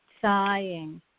sighing